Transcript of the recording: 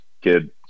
kid